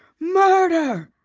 murder!